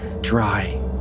dry